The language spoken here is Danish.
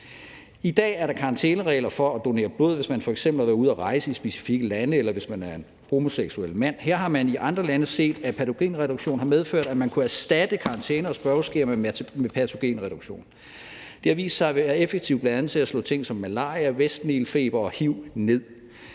I dag er der karantæneregler for at donere blod, hvis man f.eks. har været ude at rejse i specifikke lande, eller hvis man er en homoseksuel mand. Her har man i andre lande set, at patogenreduktion har medført, at man kunne erstatte karantæne og spørgeskemaer med patogenreduktion. Det har vist sig at være effektivt bl.a. til at slå ting som malaria, vestnilfeber og hiv ned.